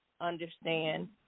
understand